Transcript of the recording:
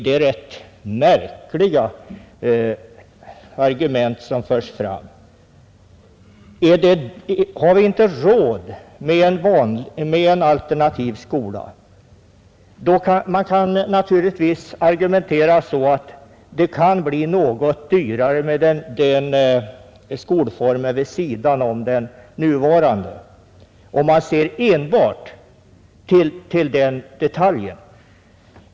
Det är rätt märkliga argument som framförs. Har vi inte råd med en alternativ skola? Naturligtvis kan man hävda att det kan bli något dyrare med den skolformen vid sidan om den nuvarande om man ser enbart till den detaljen.